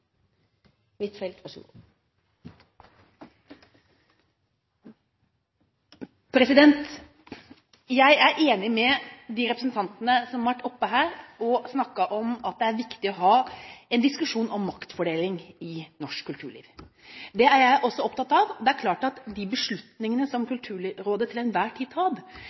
enig med de representantene som har snakket om at det er viktig å ha en diskusjon om maktfordeling i norsk kulturliv. Det er jeg også opptatt av. Det er klart at de beslutningene som Kulturrådet til enhver tid